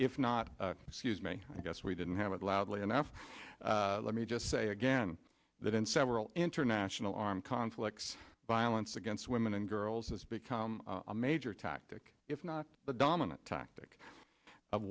if not excuse me i guess we didn't have it loudly enough let me just say again that in several international armed conflicts violence against women and girls has become a major tactic if not the dominant tactic of